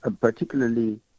particularly